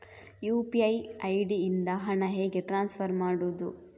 UPI ID ಇಂದ ಹಣ ಹೇಗೆ ಟ್ರಾನ್ಸ್ಫರ್ ಮಾಡುದು?